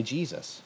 Jesus